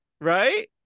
Right